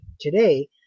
Today